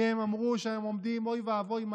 כי הם אמרו שאוי ואבוי,